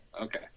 okay